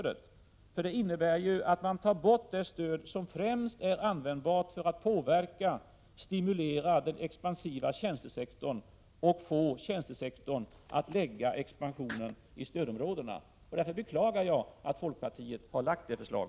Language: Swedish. Det skulle ju innebära att man tar bort det främst användbara stödet när det gäller att påverka och stimulera den expansiva tjänstesektorn att förlägga expansionen till stödområdena. Därför beklagar jag att folkpartiet har lagt fram detta förslag.